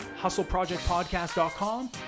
hustleprojectpodcast.com